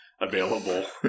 Available